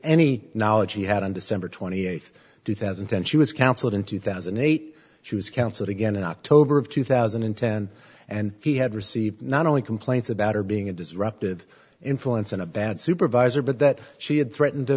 any knowledge she had on december twenty eighth two thousand and ten she was counseled in two thousand and eight she was counseled again in october of two thousand and ten and he had received not only complaints about her being a disruptive influence and a bad supervisor but that she had threatened to